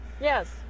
yes